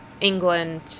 England